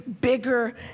bigger